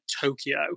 tokyo